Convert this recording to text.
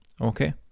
Okay